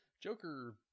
Joker